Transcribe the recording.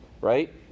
Right